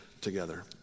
together